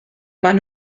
maen